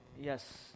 Yes